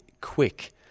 quick